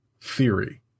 Theory